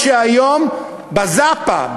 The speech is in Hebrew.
אפילו שהיום, ב"זאפה",